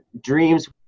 dreams